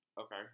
Okay